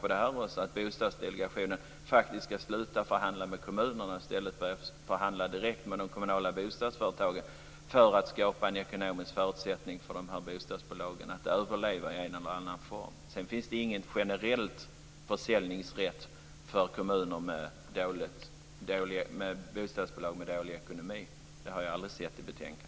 Vi tycker att Bostadsdelegationen faktiskt skall sluta förhandla med kommunerna och i stället börja förhandla direkt med de kommunala bostadsföretagen för att skapa ekonomiska förutsättningar för bostadsbolagen att överleva i en eller annan form. Sedan finns det ingen generell försäljningsrätt när det gäller bostadsbolag med dålig ekonomi. Det har jag aldrig sett i betänkandet.